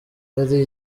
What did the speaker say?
ari